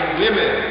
women